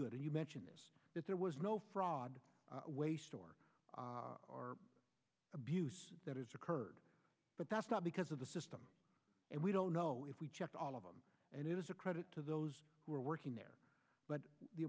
good and you mentioned is that there was no fraud waste or abuse that has occurred but that's not because of the system and we don't know if we checked all of them and it was a credit to those who were working there but the